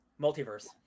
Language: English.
multiverse